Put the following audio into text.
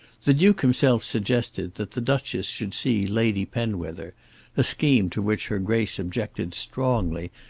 the duke himself suggested that the duchess should see lady penwether a scheme to which her grace objected strongly,